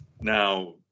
now